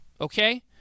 Okay